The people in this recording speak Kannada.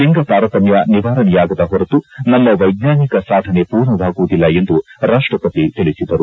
ಲಿಂಗ ತಾರತಮ್ಯ ನಿವಾರಣೆಯಾಗದ ಹೊರತು ನಮ್ಮ ವೈಜ್ಞಾನಿಕ ಸಾಧನೆ ಪೂರ್ಣವಾಗುವುದಿಲ್ಲ ಎಂದು ರಾಷ್ಟಪತಿ ತಿಳಿಸಿದರು